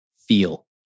feel